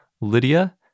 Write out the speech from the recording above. Lydia